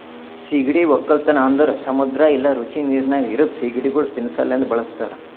ಸೀಗಡಿ ಒಕ್ಕಲತನ ಅಂದುರ್ ಸಮುದ್ರ ಇಲ್ಲಾ ರುಚಿ ನೀರಿನಾಗ್ ಇರದ್ ಸೀಗಡಿಗೊಳ್ ತಿನ್ನಾ ಸಲೆಂದ್ ಬಳಸ್ತಾರ್